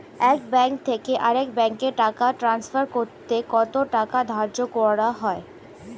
এক ব্যাংক থেকে আরেক ব্যাংকে টাকা টান্সফার করতে কত টাকা ধার্য করা হয়?